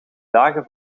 dagen